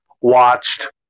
watched